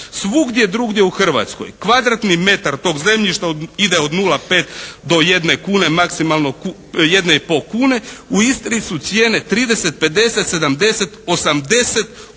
Svugdje drugdje u Hrvatskoj kvadratni metar tog zemljišta ide od nula pet do jedne kune, maksimalno jedne i pol kune. U Istri su cijene 30, 50, 70, 80 kuna